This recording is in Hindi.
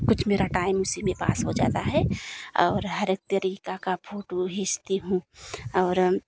कुछ मेरा टाइम उसी में पास हो जाता है और हर एक तेरीक़े की फोटो खींचती हूँ और